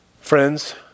Friends